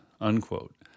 unquote